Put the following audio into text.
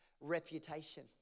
reputation